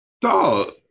Dog